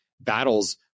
battles